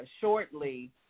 shortly